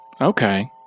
Okay